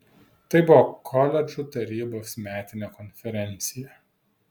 tai buvo koledžų tarybos metinė konferencija